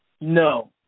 No